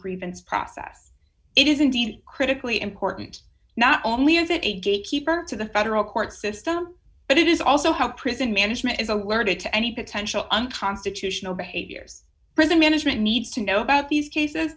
grievance process it is indeed critically important not only is it a gatekeeper to the federal court system but it is also how prison management is alerted to any potential unconstitutional behaviors prison management needs to know about these cases